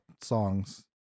songs